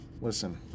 Listen